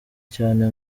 cyane